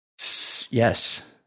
Yes